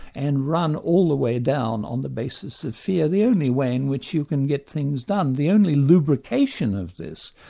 and run all the way down on the basis of fear, the only way in which you can get things done, the only lubrication of this,